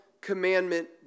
commandment